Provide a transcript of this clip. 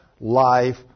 life